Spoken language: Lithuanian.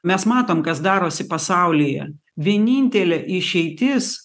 mes matom kas darosi pasaulyje vienintelė išeitis